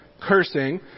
cursing